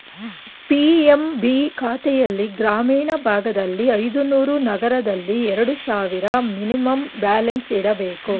PMB ಖಾತೆಲ್ಲಿ ಗ್ರಾಮೀಣ ಭಾಗದಲ್ಲಿ ಐದುನೂರು, ನಗರದಲ್ಲಿ ಎರಡು ಸಾವಿರ ಮಿನಿಮಮ್ ಬ್ಯಾಲೆನ್ಸ್ ಇಡಬೇಕು